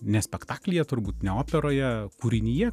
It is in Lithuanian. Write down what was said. ne spektaklyje turbūt ne operoje kūrinyje